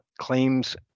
claims